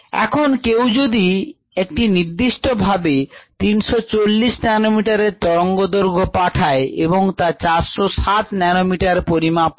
এখন কেউ যদি একটি নির্দিষ্ট ভাবে 340 ন্যানোমিটার এর তরঙ্গদৈর্ঘ্য পাঠায় এবং তা 407 ন্যানোমিটার পরিমাপ করে